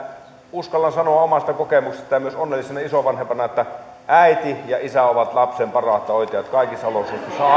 uskallan sanoa omasta kokemuksesta ja myös onnellisena isovanhempana että äiti ja isä ovat lapsen parasta oikeutta kaikissa olosuhteissa aina